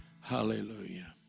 Hallelujah